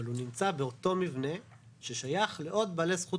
אבל הוא נמצא באותו מבנה ששייך לעוד בעלי זכות